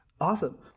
Awesome